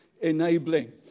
enabling